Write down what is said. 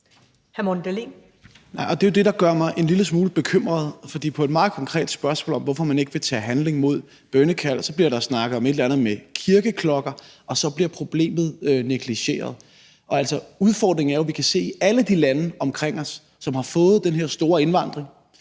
Det er jo det, der gør mig en lille smule bekymret, for på et meget konkret spørgsmål om, hvorfor man ikke vil tage handling mod bønnekald, bliver der snakket om et eller andet med kirkeklokker, og så bliver problemet negligeret. Altså, udfordringen er jo, at vi kan se, at i alle de lande omkring os, som har fået den her store indvandring,